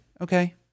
okay